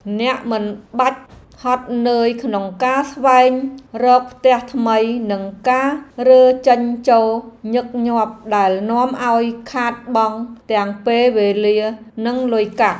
អ្នកមិនបាច់ហត់នឿយក្នុងការស្វែងរកផ្ទះថ្មីនិងការរើចេញចូលញឹកញាប់ដែលនាំឱ្យខាតបង់ទាំងពេលវេលានិងលុយកាក់។